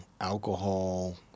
alcohol